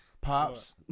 Pops